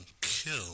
kill